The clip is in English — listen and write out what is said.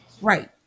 Right